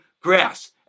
grass